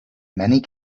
many